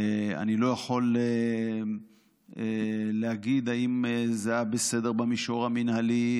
אני לא יכול להגיד אם זה היה בסדר במישור המינהלי,